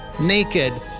naked